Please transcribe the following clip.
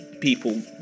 people